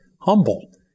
humble